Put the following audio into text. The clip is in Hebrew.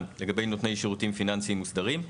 לגבי נותני שירותי פיננסים מוסדרים,